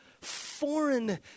foreign